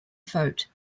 vote